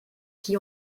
qui